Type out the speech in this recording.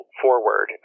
forward